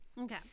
Okay